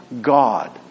God